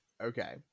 okay